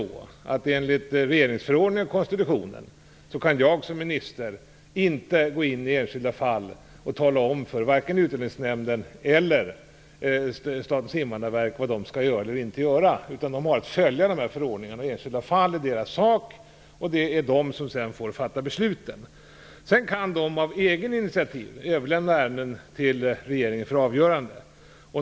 Enligt regeringsformen och konstitutionen kan jag som minister inte gå in i enskilda fall och tala om för Utlänningsnämnden eller Statens invandrarverk vad de skall göra eller inte göra. De har att följa dessa förordningar i enskilda fall och det är de som sedan får fatta besluten. Sedan kan Utlänningsnämnden på eget initiativ överlämna ärenden till regeringen för avgörande.